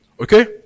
Okay